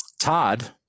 Todd